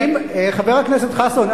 חבר הכנסת חסון,